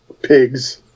pigs